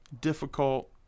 difficult